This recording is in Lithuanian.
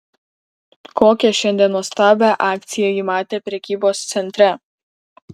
kokią šiandien nuostabią akciją ji matė prekybos centre